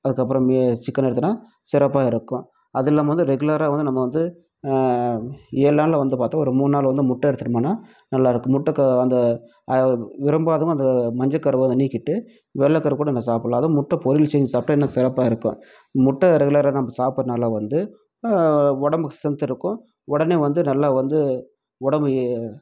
அதுக்கப்புறம் மீ சிக்கன் எடுத்தோனால் சிறப்பாக இருக்கும் அதுவும் இல்லாமல் வந்து ரெகுலராக வந்து நம்ம வந்து ஏழு நாளில் வந்து பார்த்தா ஒரு மூணு நாள் வந்து முட்டை எடுத்துகிட்டோமுன்னா நல்லாயிருக்கும் முட்டை க அந்த விரும்பாதவங்க அந்த மஞ்சள் இது கருவை நீக்கிவிட்டு வெள்ளை கருக்கூட நான் சாப்புடல்லாம் அதுவும் முட்டை பொரியல் செஞ்சு சாப்பிட்டா இன்னும் சிறப்பாக இருக்கும் முட்டை ரெகுலராக நம்ம சாப்புடறனால வந்து உடம்புக்கு சென்த் இருக்கும் உடனே வந்து நல்லா வந்து உடம் இ